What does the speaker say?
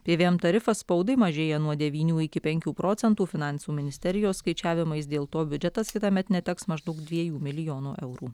pvm tarifas spaudai mažėja nuo devynių iki penkių procentų finansų ministerijos skaičiavimais dėl to biudžetas kitąmet neteks maždaug dviejų milijonų eurų